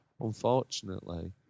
unfortunately